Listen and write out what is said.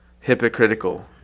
hypocritical